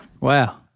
Wow